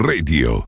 Radio